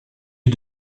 est